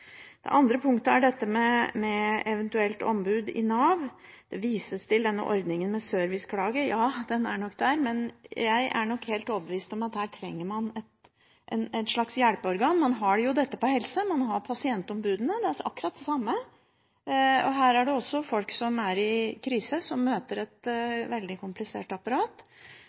Det andre punktet er dette med eventuelt ombud i Nav. Det vises til denne ordningen med serviceklage. Ja, den er nok der, men jeg er helt overbevist om at her trenger man et slags hjelpeorgan. Man har jo dette på helse; man har pasientombudene. Det er akkurat det samme. Her er det også folk som er i krise, og som møter et veldig komplisert apparat.